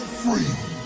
free